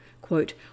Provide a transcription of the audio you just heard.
Quote